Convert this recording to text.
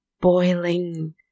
boiling